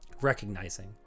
Recognizing